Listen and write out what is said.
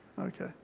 Okay